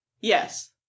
Yes